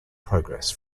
progress